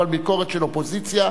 אבל ביקורת של אופוזיציה,